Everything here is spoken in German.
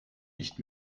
nicht